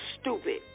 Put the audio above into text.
stupid